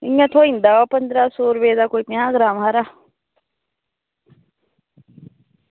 इंया थ्होई जंदा कोई पंद्रहां सौ रपे दा पंजाह् ग्राम हारा